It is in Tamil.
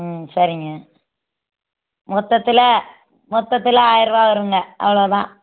ம் சரிங்க மொத்தத்தில் மொத்தத்தில் ஆயிரம் ரூபா வருங்க அவ்வளோ தான்